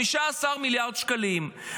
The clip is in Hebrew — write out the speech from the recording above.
15 מיליארד שקלים.